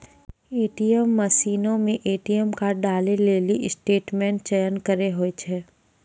ATM मशीनो मे ATM card डालै लेली स्टेटमेंट चयन करे होय छै